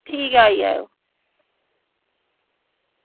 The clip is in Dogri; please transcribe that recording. ठीक ऐ आई जायो